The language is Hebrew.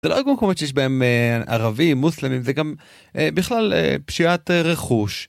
זה לא רק במקומות שיש בהם אה... ערבים, מוסלמים, זה גם אה, בכלל, אה, פשיעת רכוש.